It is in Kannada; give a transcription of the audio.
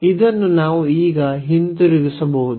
ಇದನ್ನು ನಾವು ಈಗ ಹಿಂತಿರುಗಿಸಬಹುದು